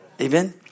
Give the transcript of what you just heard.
Amen